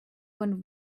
went